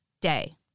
day